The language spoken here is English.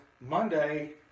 Monday